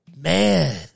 Man